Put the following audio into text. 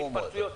לא מהומות.